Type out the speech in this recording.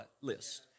list